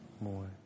more